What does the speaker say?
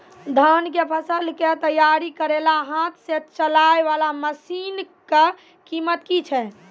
धान कऽ फसल कऽ तैयारी करेला हाथ सऽ चलाय वाला मसीन कऽ कीमत की छै?